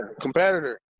Competitor